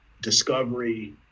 discovery